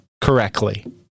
Correctly